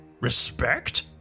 Respect